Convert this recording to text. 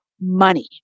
money